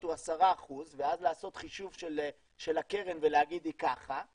הוא 10% ואז לעשות חישוב של הקרן ולהגיד היא ככה,